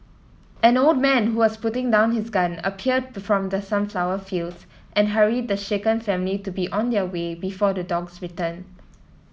an old man who was putting down his gun appeared from the sunflower fields and hurried the shaken family to be on their way before the dogs return